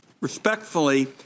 respectfully